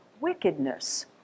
wickedness